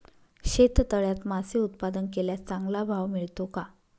शेततळ्यात मासे उत्पादन केल्यास चांगला भाव मिळतो का?